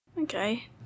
Okay